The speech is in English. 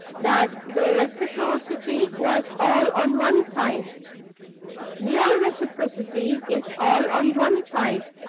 that the reciprocity was all on one side your reciprocity is all on one side.